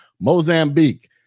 mozambique